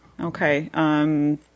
okay